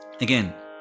Again